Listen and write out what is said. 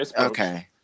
Okay